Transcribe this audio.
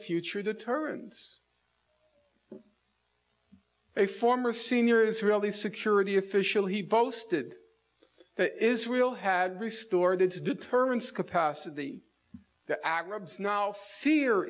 future deterrence a former senior israeli security official he boasted that israel had restored its deterrence capacity the arabs now fear